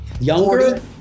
younger